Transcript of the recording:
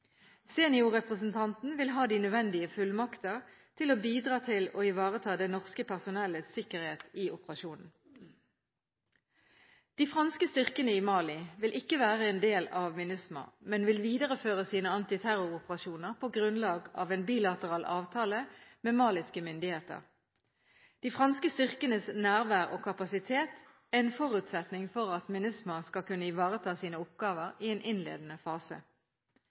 Seniorepresentanten vil ha de nødvendige fullmakter til å bidra til å ivareta det norske personellets sikkerhet i operasjonen. De franske styrkene i Mali vil ikke være en del av MINUSMA, men vil videreføre sine antiterroroperasjoner på grunnlag av en bilateral avtale med maliske myndigheter. De franske styrkenes nærvær og kapasitet er en forutsetning for at MINUSMA skal kunne ivareta sine oppgaver i en innledende fase.